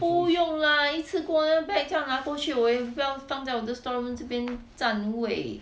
不用 lah 一次过那个 bag 这样拿过去我也不要放在我的 store room 这边展位